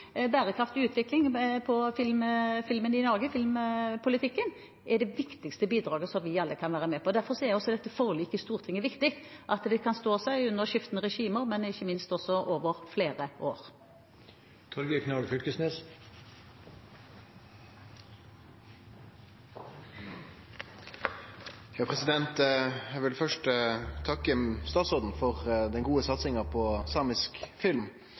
det viktigste bidraget, som vi alle kan være med på. Derfor er også et forlik i Stortinget viktig, at det kan stå seg under skiftende regimer, men ikke minst også over flere år. Eg vil først takke statsråden for den gode satsinga på samisk film,